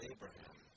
Abraham